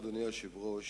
אדוני היושב-ראש,